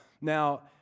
Now